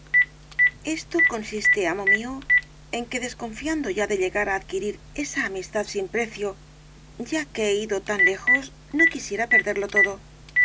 esto consiste amo mío en que desconfiando ya de llegar á adquirir esa amistad sin precio ya que he ido tan lejos no quisiera perderlo todo